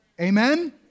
Amen